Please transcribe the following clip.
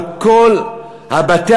על כל בתי-הספר,